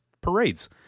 parades